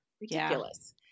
Ridiculous